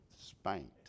spanked